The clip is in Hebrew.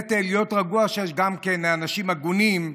באמת להיות רגוע שיש גם אנשים הגונים,